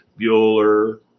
Bueller